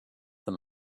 them